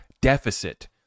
deficit